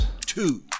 Two